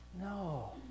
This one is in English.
no